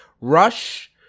Rush